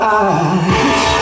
eyes